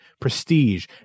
prestige